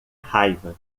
raiva